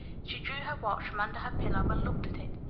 she drew her watch from under her pillow and looked at it.